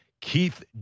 keith